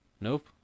Nope